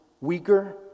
weaker